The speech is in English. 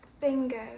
bingo